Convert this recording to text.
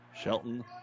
Shelton